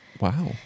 Wow